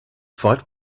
fight